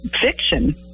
fiction